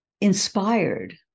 inspired